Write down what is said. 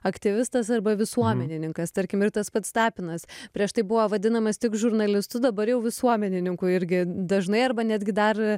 aktyvistas arba visuomenininkas tarkim ir tas pats tapinas prieš tai buvo vadinamas tik žurnalistu dabar jau visuomenininku irgi dažnai arba netgi dar